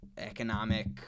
Economic